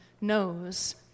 knows